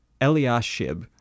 Eliashib